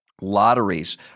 Lotteries